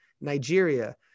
Nigeria